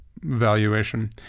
valuation